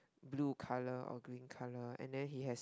blue colour or green colour and then he has